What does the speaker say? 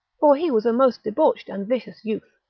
for he was a most debauched and vicious youth,